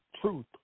truth